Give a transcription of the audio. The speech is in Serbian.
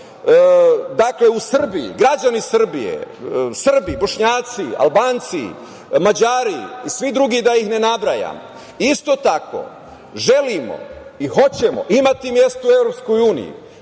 mi u Srbiji, građani Srbije, Srbi, Bošnjaci, Albanci, Mađari, i svi drugi, da ih ne nabrajam, isto tako želimo i hoćemo imati mesto u EU,